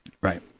Right